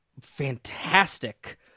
fantastic